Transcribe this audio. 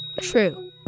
True